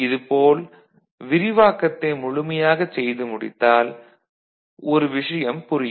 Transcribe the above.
இது போல் விரிவாக்கத்தை முழுமையாகச் செய்து முடித்தால் ஒரு விஷயம் புரியும்